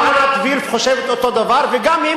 גם עינת וילף חושבת אותו דבר וגם היא